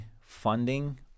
funding